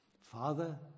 Father